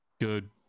Good